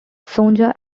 sonja